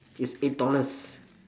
it's eight dollars